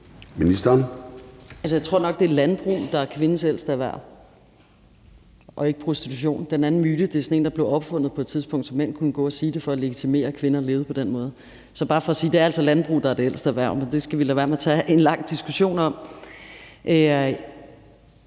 Jeg tror nok, at det er landbrug, der er kvindens ældste erhverv, og ikke prostitution. Den anden myte er noget, der blev opfundet på et tidspunkt, så mænd kunne gå og sige det for at legitimere, at kvinder levede på den måde. Det er bare for at sige, at det altså er landbrug, der er det ældste erhverv, men det skal vi lade være med at tage en lang diskussion om.